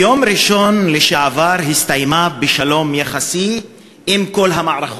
ביום ראשון שעבר הסתיימה בשלום יחסי אם כל המערכות,